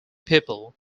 people